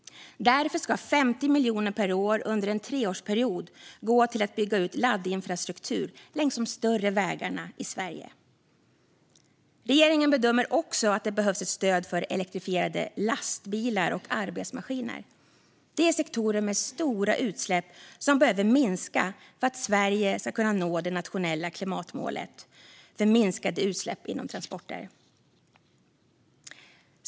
Därför ska 50 miljoner kronor per år under en treårsperiod gå till att bygga ut laddinfrastruktur längs de större vägarna i Sverige. Regeringen bedömer också att det behövs ett stöd för elektrifierade lastbilar och arbetsmaskiner. Det är sektorer med stora utsläpp som behöver minska för att Sverige ska kunna nå det nationella klimatmålet för minskade utsläpp inom transporter.